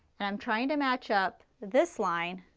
and i'm trying to match up this line,